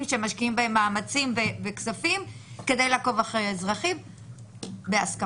שמשקיעים בהם מאמצים וכספים כדי לעקוב אחרי אזרחים בהסכמה.